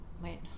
wait